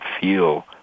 feel